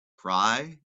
cry